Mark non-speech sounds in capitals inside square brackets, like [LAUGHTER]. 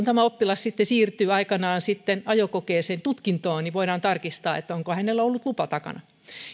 [UNINTELLIGIBLE] tämä oppilas sitten siirtyy aikanaan ajokokeeseen tutkintoon niin voidaan tarkistaa onko hänellä ollut lupa takana